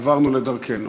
עברנו לדרכנו.